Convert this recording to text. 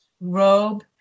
robe